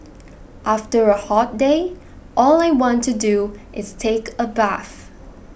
after a hot day all I want to do is take a bath